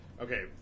Okay